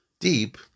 deep